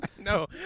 No